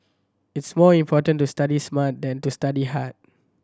it's more important to study smart than to study hard